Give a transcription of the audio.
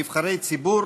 נבחרי ציבור,